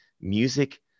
music